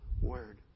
word